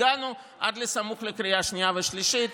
הגענו עד סמוך לקריאה שנייה ושלישית,